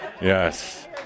Yes